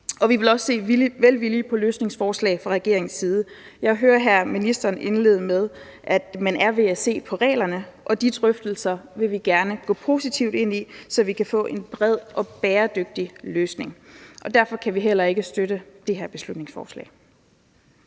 og vi vil også se velvilligt på løsningsforslag fra regeringens side. Jeg hørte her ministeren indlede med, at man er ved at se på reglerne. De drøftelser vil vi gerne gå positivt ind i, så vi kan få en bred og bæredygtig løsning. Derfor kan vi ikke støtte det her beslutningsforslag.